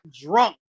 drunk